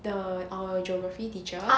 the our geography teacher